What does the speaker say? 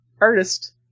artist